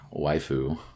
waifu